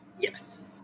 Yes